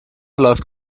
läuft